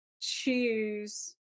choose